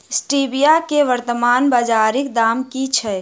Stevia केँ वर्तमान बाजारीक दाम की छैक?